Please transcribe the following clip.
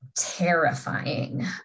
terrifying